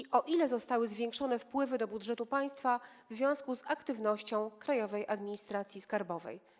I o ile zostały zwiększone wpływy do budżetu państwa w związku z aktywnością Krajowej Administracji Skarbowej?